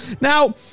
Now